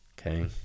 Okay